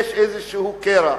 איזשהו קרע,